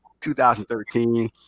2013